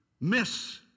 miss